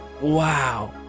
Wow